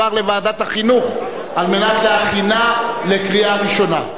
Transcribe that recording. לוועדת החינוך על מנת להכינה לקריאה ראשונה.